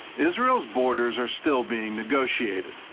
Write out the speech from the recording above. israel's borders are still being negotiated.